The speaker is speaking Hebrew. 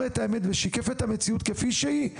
את האמת ושיקף את המציאות כפי שהיא,